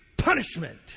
punishment